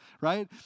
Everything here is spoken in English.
right